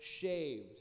shaved